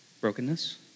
brokenness